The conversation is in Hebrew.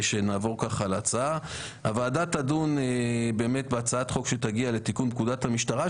שנעבור על ההצעה הוועדה תדון בהצעת חוק שתגיע לתיקון פקודת המשטרה,